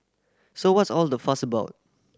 so what's all the fuss about